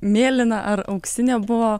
mėlyna ar auksinė buvo